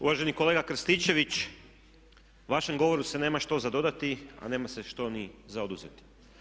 Uvaženi kolega Krstičević vašem govoru se nema što za dodati, a nema se što ni za oduzeti.